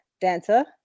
dancer